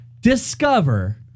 discover